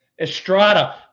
Estrada